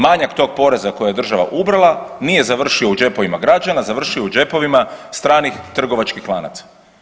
Manjak tog poreza koji je država ubrala nije završio u džepovima građana, završio je u džepovima stranih trgovačkih lanaca.